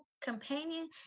companion